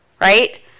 right